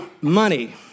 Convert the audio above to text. money